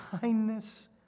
kindness